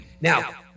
Now